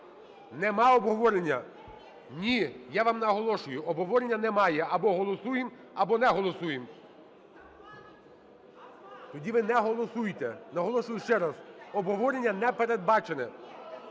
Немає обговорення. Ні, я вам наголошую, обговорення немає. Або голосуємо, або не голосуємо. (Шум у залі) Тоді ви не голосуйте. Наголошую ще раз: обговорення не передбачене.